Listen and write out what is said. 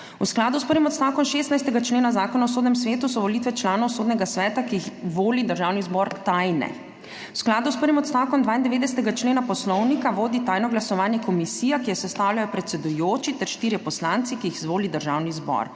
V skladu s prvim odstavkom 16. člena Zakona o Sodnem svetu so volitve članov Sodnega sveta, ki jih voli Državni zbor, tajne. V skladu s prvim odstavkom 92. člena Poslovnika vodi tajno glasovanje komisija, ki jo sestavljajo predsedujoči ter štirje poslanci, ki jih izvoli Državni zbor.